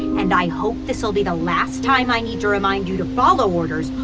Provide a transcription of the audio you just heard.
and i hope this will be the last time i need to remind you to follow orders,